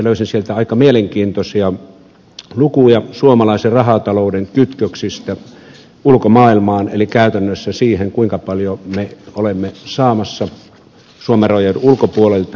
löysin sieltä aika mielenkiintoisia lukuja suomalaisen rahatalouden kytköksistä ulkomaailmaan eli käytännössä siihen kuinka paljon me olemme saamassa suomen rajojen ulkopuolelta